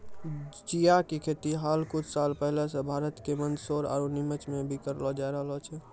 चिया के खेती हाल कुछ साल पहले सॅ भारत के मंदसौर आरो निमच मॅ भी करलो जाय रहलो छै